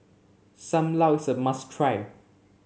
Sam Lau is a must try